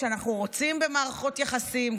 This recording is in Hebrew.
ואנחנו רוצים במערכות יחסים,